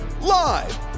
live